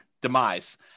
demise